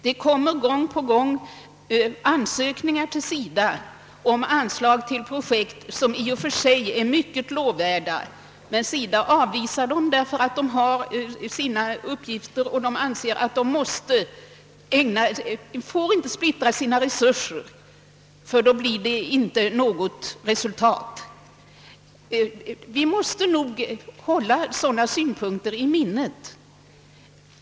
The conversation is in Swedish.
Det kommer gång på gång ansökningar till SIDA om anslag till projekt som i och för sig är mycket lovvärda, men SIDA avvisar dem eftersom man redan åtagit sig vissa uppgifter och anser att resurserna inte får splittras alltför mycket om det skall bli något resultat. Vi måste nog hålla dessa synpunkter i minnet.